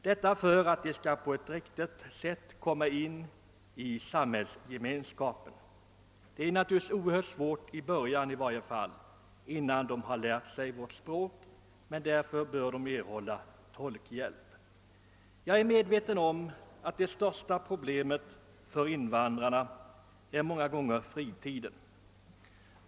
Detta är oerhört svårt för dessa människor, i varje fall i början innan de har lärt sig vårt språk, men därför bör de erhålla hjälp genom tolk. Jag är medveten om att det största problemet för invandrarna ofta är fritiden.